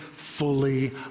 fully